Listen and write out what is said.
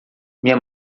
minha